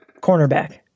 cornerback